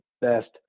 best